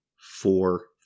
four